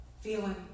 feeling